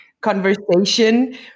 conversation